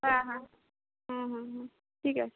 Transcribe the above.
হ্যাঁ হ্যাঁ হুম হুম হুম ঠিক আছে